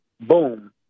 Boom